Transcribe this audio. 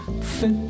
fit